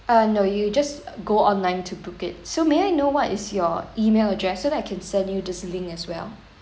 uh no you just go online to book it so may I know what is your email address so that I can send you this link as well